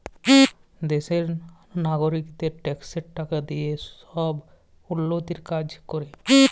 দ্যাশের লগারিকদের ট্যাক্সের টাকা দিঁয়ে ছব উল্ল্যতির কাজ ক্যরে